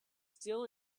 still